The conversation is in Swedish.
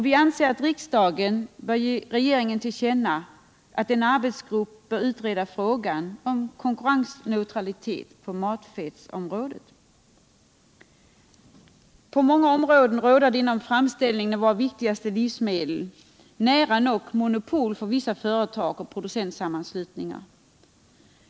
Vi anser att riksdagen bör ge regeringen till känna att en arbetsgrupp bör utreda frågan om konkurrensneutralitet på matfettsområdet. På många områden råder inom framställningen av våra viktigaste livsmedel nära nog monopol för vissa företag och producentsammanslutningar.